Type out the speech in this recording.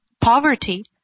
poverty